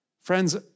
Friends